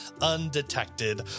undetected